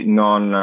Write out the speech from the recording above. non